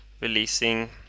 releasing